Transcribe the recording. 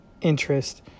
interest